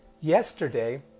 Yesterday